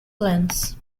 plans